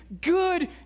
good